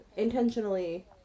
intentionally